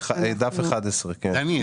דני,